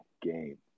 game